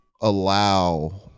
allow